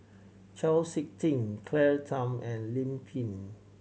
Chau Sik Ting Claire Tham and Lim Pin